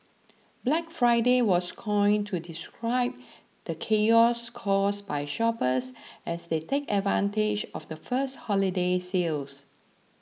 Black Friday was coined to describe the chaos caused by shoppers as they take advantage of the first holiday sales